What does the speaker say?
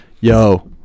Yo